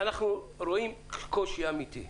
אנחנו רואים קושי אמיתי.